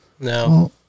No